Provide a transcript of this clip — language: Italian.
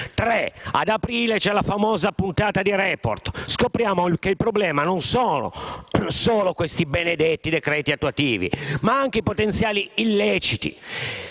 è andata in onda la famosa puntata di «Report» e scopriamo che il problema non sono solo i benedetti decreti attuativi ma anche i potenziali illeciti